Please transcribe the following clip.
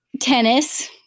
Tennis